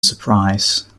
surprise